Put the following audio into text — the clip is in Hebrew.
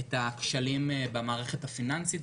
ית (תיקוני חקיקה להשגת יעדי התקציב לשנות התקציב 2021 ו-2022),